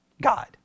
God